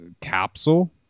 capsule